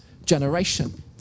generation